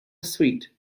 sweet